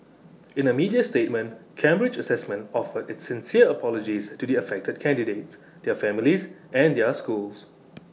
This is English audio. in A media statement Cambridge Assessment offered its sincere apologies to the affected candidates their families and their schools